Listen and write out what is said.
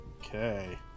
Okay